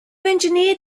engineered